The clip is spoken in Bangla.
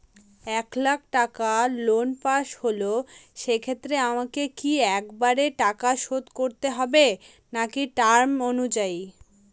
এক লাখ টাকা লোন পাশ হল সেক্ষেত্রে আমাকে কি একবারে টাকা শোধ করতে হবে নাকি টার্ম অনুযায়ী?